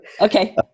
Okay